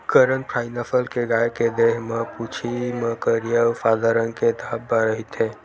करन फ्राइ नसल के गाय के देहे म, पूछी म करिया अउ सादा रंग के धब्बा रहिथे